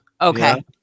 Okay